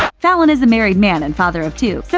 fallon is a married man and father of two, so